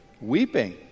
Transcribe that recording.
weeping